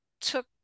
took